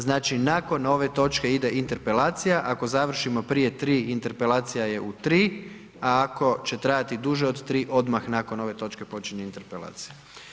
Znači, nakon ove točke ide Interpelacija, ako završimo prije 3, Interpelacija je u 3, a ako će trajati duže od 3, odmah nakon ove točke počinje Interpelacija.